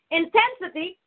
intensity